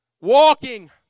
Walking